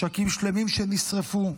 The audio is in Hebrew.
משקים שלמים נשרפו.